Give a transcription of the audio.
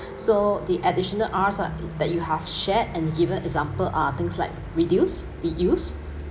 so the additional Rs ah that you have shared and given example are things like reduce reuse